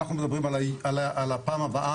אור רוזרמן עו"ד,